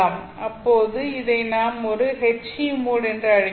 அப்போது இதை நாம் ஒரு HE மோட் என்று அழைக்கிறோம்